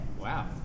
wow